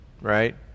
right